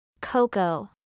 Coco